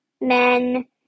men